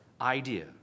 idea